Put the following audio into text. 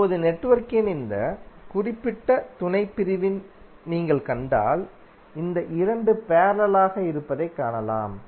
இப்போது நெட்வொர்க்கின் இந்த குறிப்பிட்ட துணைப்பிரிவை நீங்கள் கண்டால் இந்த 2 பேரலலாக இருப்பதைக் காணலாம்